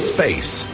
Space